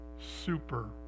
Super